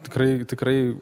tikrai tikrai